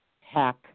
hack